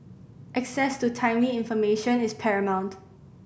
access to timely information is paramount